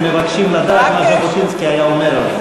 מה הוא היה אומר?